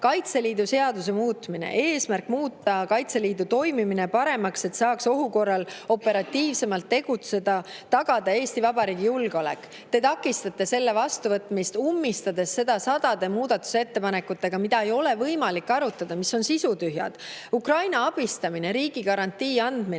Kaitseliidu seaduse muutmine – eesmärk on muuta Kaitseliidu toimimine paremaks, et saaks ohu korral operatiivsemalt tegutseda, tagada Eesti Vabariigi julgeolek. Te takistate selle vastuvõtmist, ummistades seda sadade muudatusettepanekutega, mida ei ole võimalik arutada, mis on sisutühjad. Ukraina abistamine, riigigarantii andmine